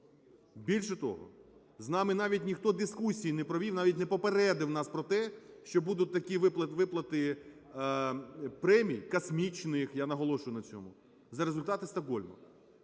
Більше того, з ними навіть ніхто дискусії не провів, навіть не попередив нас про те, що будуть такі виплати премій космічних, я наголошую на цьому, за результати "Стокгольму".